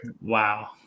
Wow